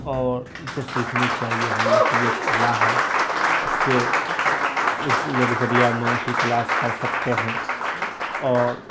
اور اسے سیکھنی چاہیے ہم لوگ کو یہ کلا ہے اس سے اس لوگ ذریعہ معاش بھی تلاس کر سکتے ہیں اور